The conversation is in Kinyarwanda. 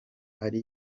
ari